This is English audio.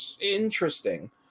interesting